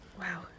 Wow